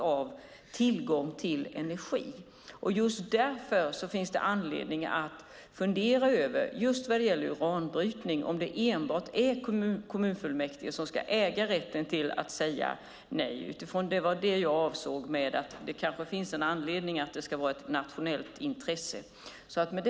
Vad gäller uranbrytning finns det anledning att fundera över om det enbart är kommunfullmäktige som ska äga rätten att säga nej. Det var det jag avsåg med att det kanske finns anledning till att det ska vara ett nationellt intresse.